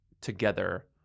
together